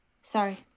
Sorry